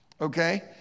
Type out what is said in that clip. Okay